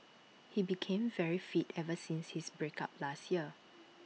he became very fit ever since his break up last year